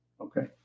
Okay